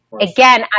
Again